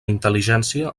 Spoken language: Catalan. intel·ligència